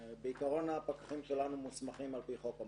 בעיקרון הפקחים שלנו מוסמכים על פי חוק המועצה.